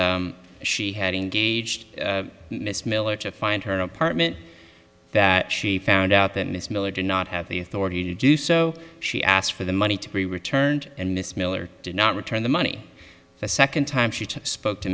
that she had engaged miss miller to find her own apartment that she found out that ms miller did not have the authority to do so she asked for the money to be returned and miss miller did not return the money the second time she spoke to